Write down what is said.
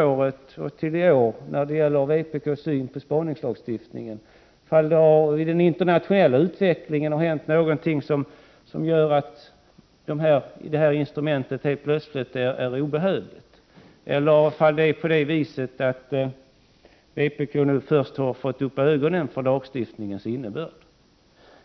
och som har förändrat vpk:s syn på spaningslagstiftningen — om det i den internationella utvecklingen har hänt någonting som gör att det här instrumentet helt plötsligt är obehövligt. Eller har vpk först nu fått upp ögonen för lagstiftningens innebörd?